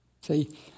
See